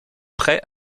prêts